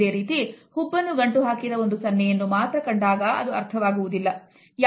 ಇದೇ ರೀತಿ ಹುಬ್ಬನ್ನು ಗಂಟುಹಾಕಿದ ಒಂದು ಸನ್ನೆಯನ್ನು ಮಾತ್ರ ಕಂಡಾಗ ಅದು ಅರ್ಥವಾಗುವುದಿಲ್ಲ